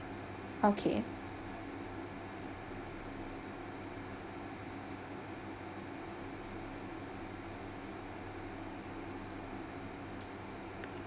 okay